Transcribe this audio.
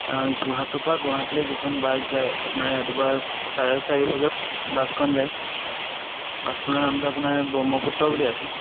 অঁ যোৰহাটৰ পৰা গুৱাহাটীলৈ যিখন বাছ যায় আপোনাৰ ৰাতিপুৱা চাৰে চাৰি বজাত বাছখন যায় বাছখনৰ নামটো আপোনাৰ ব্ৰহ্মপুত্ৰ বুলি আছে